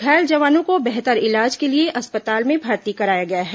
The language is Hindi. घायल जवानों को बेहतर इलाज के लिए अस्पताल में भर्ती कराया गया है